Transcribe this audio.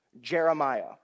Jeremiah